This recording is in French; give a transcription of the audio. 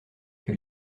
que